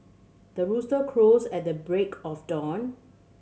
the rooster crows at the break of dawn